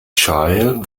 child